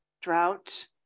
drought